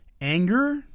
anger